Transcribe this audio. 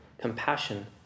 compassion